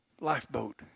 lifeboat